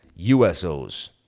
USOs